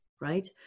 right